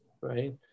right